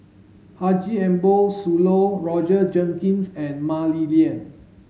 Haji Ambo Sooloh Roger Jenkins and Mah Li Lian